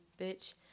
bitch